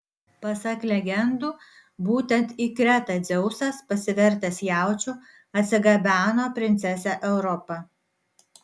pasak legendų būtent į kretą dzeusas pasivertęs jaučiu atsigabeno princesę europą